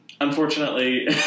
Unfortunately